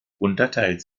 unterteilt